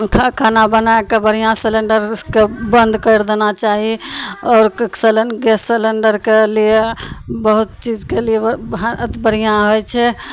उखा खाना बना कऽ बढ़िआँँसँ सिलिण्डरके बन्द करि देना चाही आओर सलेन गैस सिलिण्डरके लिये बहुत चीजके लिये भऽ अथी बढ़िआँ होइ छै